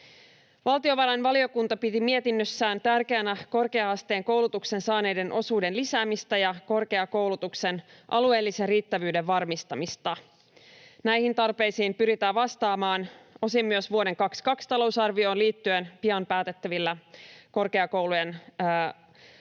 Valtiovarainvaliokunta piti mietinnössään tärkeänä korkea-asteen koulutuksen saaneiden osuuden lisäämistä ja korkeakoulutuksen alueellisen riittävyyden varmistamista. Näihin tarpeisiin pyritään vastaamaan osin myös vuoden 22 talousarvioon liittyen pian päätettävillä korkeakoulujen